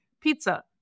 pizza